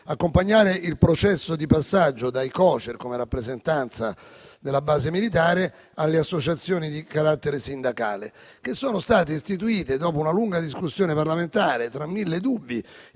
accompagnare il processo di passaggio dai Cocer, come rappresentanza della base militare, alle associazioni di carattere sindacale, che sono state istituite dopo una lunga discussione parlamentare tra mille dubbi